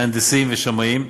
מהנדסים ושמאים,